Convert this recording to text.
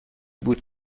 بود